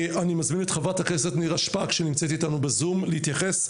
אני מזמין את חברת הכנסת נירה שפק שנמצאת איתנו בזום להתייחס,